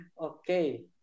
Okay